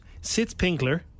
Sitzpinkler